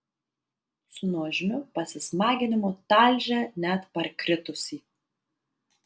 su nuožmiu pasismaginimu talžė net parkritusį